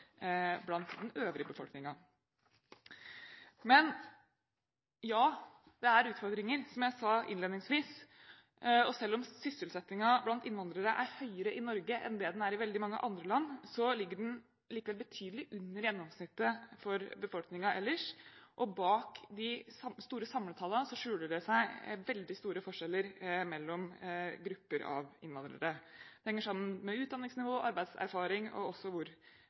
blant den øvrige befolkningen. Men ja, det er utfordringer, som jeg sa innledningsvis. Selv om sysselsettingen blant innvandrere er høyere i Norge enn den er i veldig mange andre land, ligger den betydelig under gjennomsnittet for befolkningen ellers, og bak de store samletallene skjuler det seg veldig store forskjeller mellom grupper av innvandrere. Det henger sammen med utdanningsnivå, arbeidserfaring, hvor man kommer fra, og